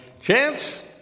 Chance